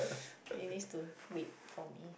it needs to with Fong-Yi